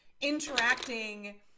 interacting